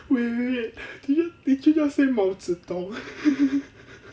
wait wait wait did you did you just say 毛泽东